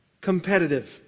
competitive